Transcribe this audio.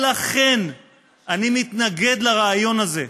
לכן אני מתנגד לרעיון הזה,